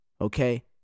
okay